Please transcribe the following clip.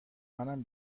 منم